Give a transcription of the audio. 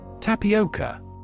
Tapioca